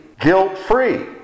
guilt-free